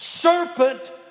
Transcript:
Serpent